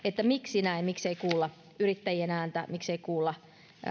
miksi näin miksei kuulla yrittäjien ääntä miksei kuulla